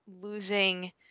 losing